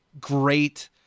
great